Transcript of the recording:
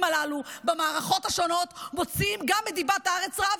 הללו במערכות השונות מוציאים גם את דיבת הארץ רעה,